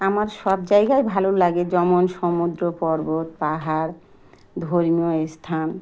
আমার সব জায়গায় ভালো লাগে যেমন সমুদ্র পর্বত পাহাড় ধর্মীয় স্থান